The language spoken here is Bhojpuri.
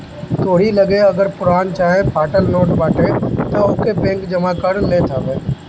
तोहरी लगे अगर पुरान चाहे फाटल नोट बाटे तअ ओके बैंक जमा कर लेत हवे